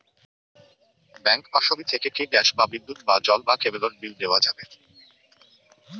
Bank পাশবই থেকে কি গ্যাস বা বিদ্যুৎ বা জল বা কেবেলর বিল দেওয়া যাবে?